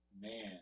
Man